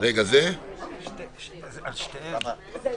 (תיקון מס' 9),